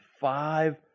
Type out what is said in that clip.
five